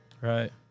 Right